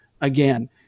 again